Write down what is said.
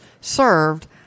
served